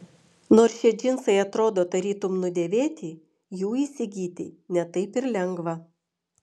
nors šie džinsai atrodo tarytum nudėvėti jų įsigyti ne taip ir lengva